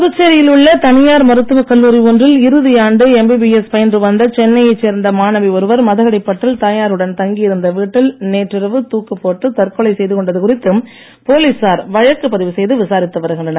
புதுச்சேரியில் உள்ள தனியார் மருத்துவக் கல்லூரி ஒன்றில் இறுதி ஆண்டு எம்பிபிஎஸ் பயின்று வந்த சென்னையைச் சேர்ந்த மாணவி ஒருவர் மதகடிப்பட்டில் தாயாருடன் தங்கியிருந்த வீட்டில் நேற்றிரவு தூக்குப்போட்டு தற்கொலை செய்துகொண்டது குறித்து போலீசார் வழக்கு பதிவுசெய்து விசாரித்து வருகின்றனர்